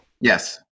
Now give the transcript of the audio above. Yes